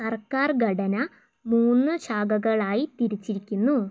സർക്കാർ ഘടന മൂന്ന് ശാഖകളായി തിരിച്ചിരിക്കുന്നു